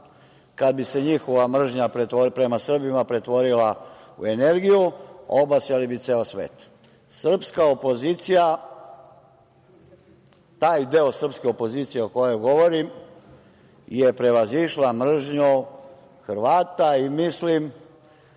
Kada bi se njihova mržnja prema Srbima pretvorila u energiju, obasjali bi ceo svet. Srpska opozicija, taj deo srpske opozicije o kojoj govorim, je prevazišla mržnju Hrvata i mislim